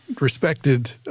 respected